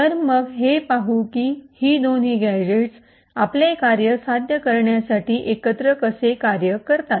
तर मग हे पाहू की ही दोन्ही गॅझेट आपले कार्य साध्य करण्यासाठी एकत्र कसे कार्य करतात